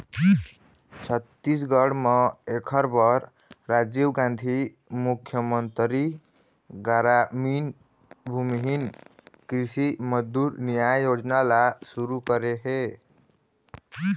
छत्तीसगढ़ म एखर बर राजीव गांधी मुख्यमंतरी गरामीन भूमिहीन कृषि मजदूर नियाय योजना ल सुरू करे हे